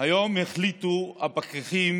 היום החליטו הפקחים